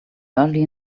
early